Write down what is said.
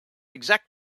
exact